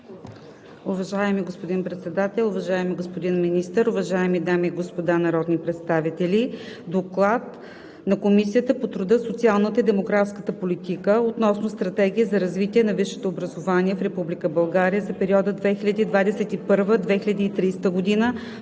Уважаеми господин Председател, уважаеми господин Министър, уважаеми дами и господа народни представители! „ДОКЛАД на Комисията по труда, социалната и демографската политика относно Стратегия за развитие на висшето образование в Република България за периода 2021 – 2030 г.,